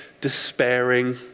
despairing